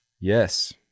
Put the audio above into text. Yes